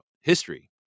history